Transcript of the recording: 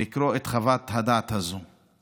לקרוא את חוות הדעת הזאת.